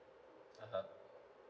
(uh huh)